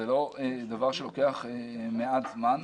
זה לא דבר שלוקח מעט זמן.